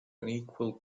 unequal